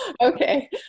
Okay